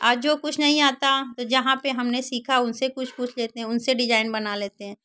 अउ जो कुछ नहीं आता तो जहाँ पर हमने सीखा उनसे कुछ पूछ लेते हैं उनसे डिजाइन बना लेते हैं